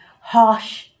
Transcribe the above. harsh